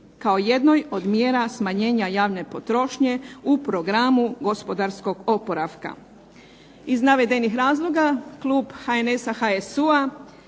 kao jednom od mjera smanjenja javne potrošnje u programu gospodarskog oporavka. Iz navedenih razloga Klub HNS-a HSU-a